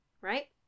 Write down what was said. Right